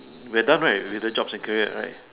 we're done right with the jobs and career right